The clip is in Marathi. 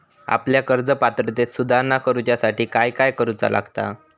आपल्या कर्ज पात्रतेत सुधारणा करुच्यासाठी काय काय करूचा लागता?